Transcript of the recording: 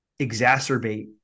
exacerbate